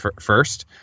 first